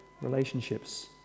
relationships